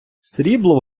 срібло